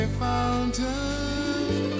fountain